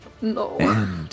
No